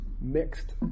mixed